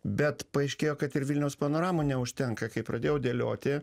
bet paaiškėjo kad ir vilniaus panoramų neužtenka kaip pradėjau dėlioti